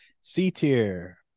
C-tier